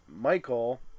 Michael